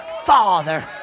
Father